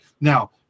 now